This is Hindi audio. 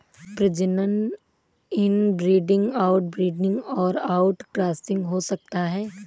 प्रजनन इनब्रीडिंग, आउटब्रीडिंग और आउटक्रॉसिंग हो सकता है